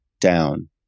down